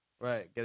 Right